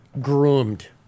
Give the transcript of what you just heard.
groomed